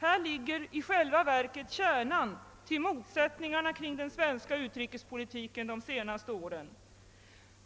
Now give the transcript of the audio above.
Häri ligger i själva verket kärnan till motsättningarna kring den svenska utrikespolitiken under de senaste åren.